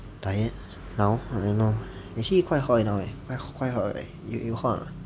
tired now I don't know actually quite hot now leh quite hot right you you hot or not